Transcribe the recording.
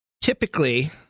Typically